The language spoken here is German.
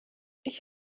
ich